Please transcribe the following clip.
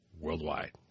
Worldwide